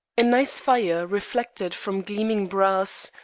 a nice fire reflected from gleaming brass,